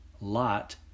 Lot